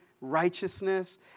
righteousness